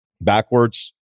backwards